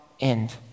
end